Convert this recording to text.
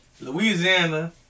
Louisiana